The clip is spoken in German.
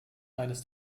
eines